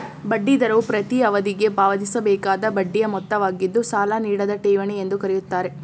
ಬಡ್ಡಿ ದರವು ಪ್ರತೀ ಅವಧಿಗೆ ಪಾವತಿಸಬೇಕಾದ ಬಡ್ಡಿಯ ಮೊತ್ತವಾಗಿದ್ದು ಸಾಲ ನೀಡಿದ ಠೇವಣಿ ಎಂದು ಕರೆಯುತ್ತಾರೆ